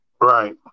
right